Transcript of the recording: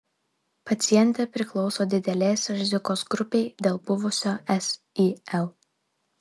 pacientė priklauso didelės rizikos grupei dėl buvusio sil